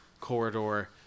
corridor